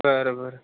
बरं बरं